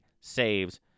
saves